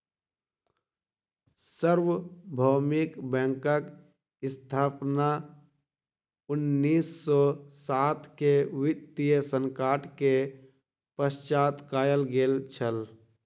सार्वभौमिक बैंकक स्थापना उन्नीस सौ सात के वित्तीय संकट के पश्चात कयल गेल छल